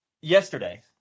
Yesterday